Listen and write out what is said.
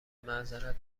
معذرت